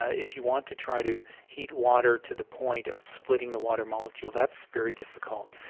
if you want to try to heat water to the point of splitting the water molecule, that's very difficult.